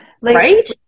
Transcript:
Right